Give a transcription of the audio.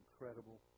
incredible